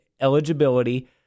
eligibility